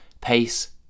pace